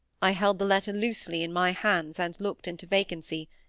i held the letter loosely in my hands, and looked into vacancy,